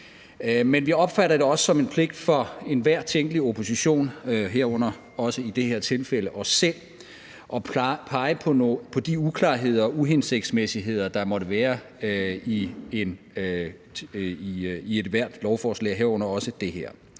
men vi opfatter det også som en pligt for enhver tænkelig opposition, herunder også i det her tilfælde os selv, at pege på de uklarheder og uhensigtsmæssigheder, der måtte være i ethvert lovforslag, herunder også det her.